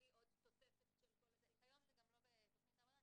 בלי עוד תוספת של --- כיום זה גם לא בתוכנית העבודה.